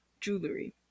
Jewelry